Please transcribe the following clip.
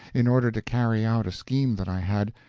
in order to carry out a scheme that i had,